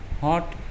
hot